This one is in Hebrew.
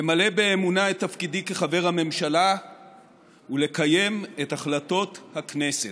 למלא באמונה את תפקידי כחבר הממשלה ולקיים את החלטות הכנסת.